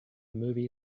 movie